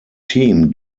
team